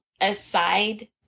aside